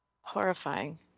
horrifying